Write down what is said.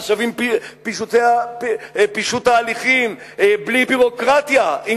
מה שווים פישוט ההליכים ובלי ביורוקרטיה אם